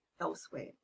Elsewhere